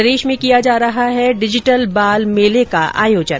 प्रदेश में किया जा रहा डिजिटल बाल मेले का आयोजन